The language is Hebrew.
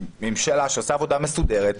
ממשלה שעושה עבודה מסודרת,